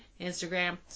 Instagram